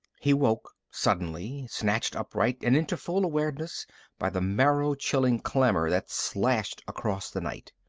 he woke suddenly, snatched upright and into full awareness by the marrow-chilling clamor that slashed across the night.